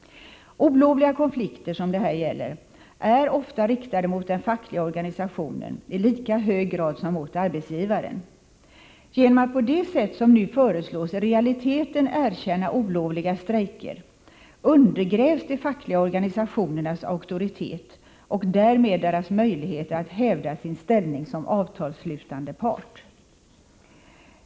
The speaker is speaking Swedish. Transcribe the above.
Olovliga konflikter, som det här gäller, är ofta riktade mot den fackliga organisationen i lika hög grad som mot arbetsgivaren. Genom att man på det sätt som nu föreslås i realiteten erkänner olovliga strejker som påtryckningsmedel undergrävs de fackliga organisationernas auktoritet och därmed deras möjligheter att hävda sin ställning som avtalsslutande part.